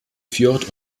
fjord